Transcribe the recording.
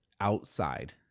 outside